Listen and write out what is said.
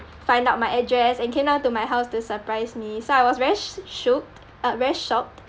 find out my address and came down to my house to surprise me so I was very sh~ shooked uh very shocked